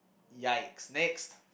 !yikes! next